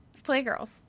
Playgirls